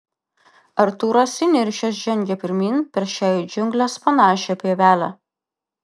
artūras įniršęs žengia pirmyn per šią į džiungles panašią pievelę